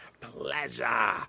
Pleasure